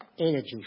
energy